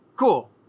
Cool